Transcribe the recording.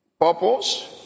Purpose